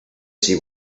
see